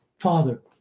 Father